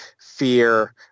fear